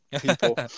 people